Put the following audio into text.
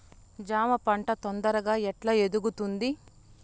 జామ పంట తొందరగా ఎట్లా ఎదుగుతుంది?